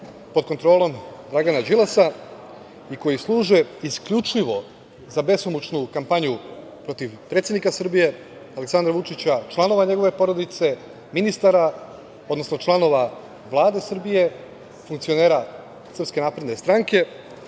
pod kontrolom Dragana Đilasa i koji služe isključivo za besomučnu kampanju protiv predsednika Srbije, Aleksandra Vučića, članova njegove porodice, ministara odnosno članova Vlade Srbije, funkcionera SNS i to im je jedina